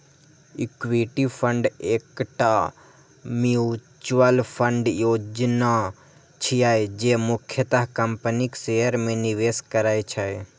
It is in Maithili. इक्विटी फंड एकटा म्यूचुअल फंड योजना छियै, जे मुख्यतः कंपनीक शेयर मे निवेश करै छै